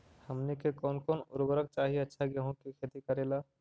हमनी के कौन कौन उर्वरक चाही अच्छा गेंहू के खेती करेला?